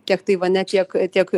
kiek taivane tiek tiek